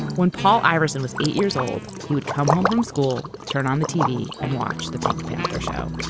when paul ireson was eight years old, he would come home from school, turn on the tv and watch the pink panther show.